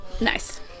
Nice